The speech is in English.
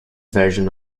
version